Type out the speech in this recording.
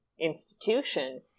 institution